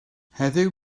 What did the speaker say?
heddiw